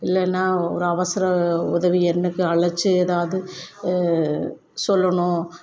இல்லைன்னா ஒரு அவசர உதவி எண்ணுக்கு அழைச்சி எதாவது சொல்லணும்